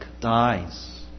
dies